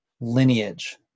lineage